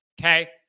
Okay